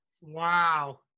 Wow